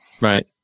Right